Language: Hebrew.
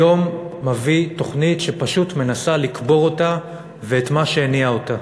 היום מביא תוכנית שפשוט מנסה לקבור אותה ואת מה שהניע אותה?